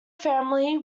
family